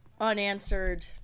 unanswered